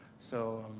so